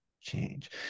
change